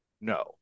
No